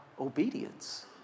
obedience